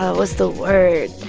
what's the word?